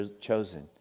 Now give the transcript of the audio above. chosen